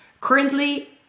Currently